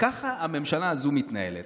ככה הממשלה הזאת מתנהלת.